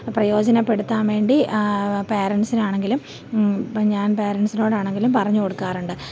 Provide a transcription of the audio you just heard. പ്രയോജനപ്പെടുത്താൻ വേണ്ടി പേരൻറ്റ്സിനാണെങ്കിലും ഇപ്പോള് ഞാൻ പേരൻറ്റ്സിനോടാണെങ്കിലും പറഞ്ഞു കൊടുക്കാറുണ്ട്